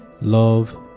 Love